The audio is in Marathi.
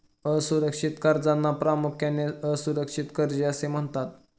असुरक्षित कर्जांना प्रामुख्याने असुरक्षित कर्जे असे म्हणतात